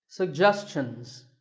suggestions.